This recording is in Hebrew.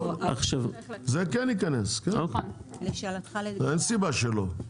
זה יכנס, אין סיבה שלא.